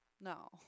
no